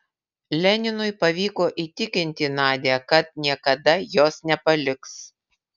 leninui pavyko įtikinti nadią kad niekada jos nepaliks